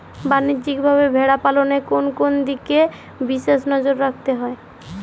বাণিজ্যিকভাবে ভেড়া পালনে কোন কোন দিকে বিশেষ নজর রাখতে হয়?